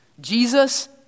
Jesus